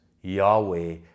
Yahweh